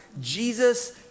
Jesus